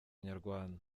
nyarwanda